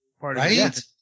Right